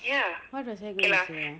what was I going to say ah